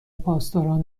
پاسداران